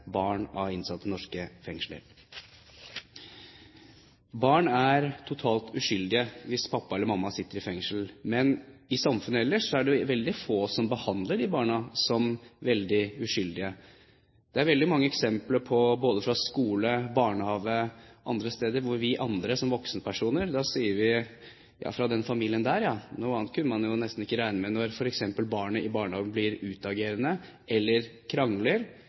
barn av innsatte i norske fengsler. Barn er totalt uskyldige hvis pappa eller mamma sitter i fengsel. Men i samfunnet ellers er det veldig få som behandler disse barna som helt uskyldige. Det er mange eksempler både fra skole, barnehage og andre steder på at vi andre som voksenpersoner sier: Fra den familien der, ja, noe annet kunne man nesten ikke regne med. Og når f.eks. barn i barnehagen blir utagerende eller krangler